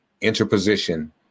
Interposition